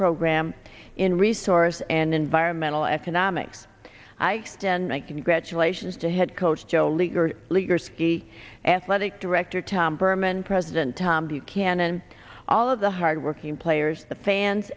program in resource and environmental economics i stand my congratulations to head coach joe leaguer leader ski athletic director tom berman press you can and all of the hardworking players the fans